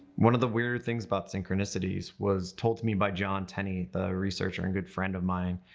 one of the weirder things about synchronicities was told to me by john tenney, the researcher and good friend of mine,